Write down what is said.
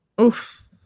oof